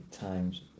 times